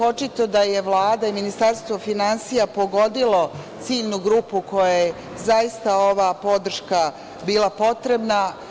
Očito da je Vlada i Ministarstvo finansija pogodilo ciljnu grupu kojoj je zaista ova podrška bila potrebna.